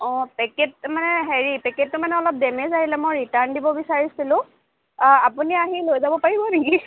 অঁ পেকেট মানে হেৰি পেকেটতো মানে অলপ ডেমেজ আহিলে মই ৰিটাৰ্ণ দিব বিচাৰিছিলোঁ আপুনি আহি লৈ যাব পাৰিব নেকি